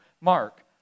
Mark